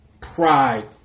Pride